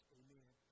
amen